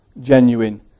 genuine